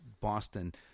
boston